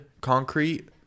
concrete